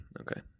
okay